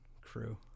crew